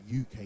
uk